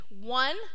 one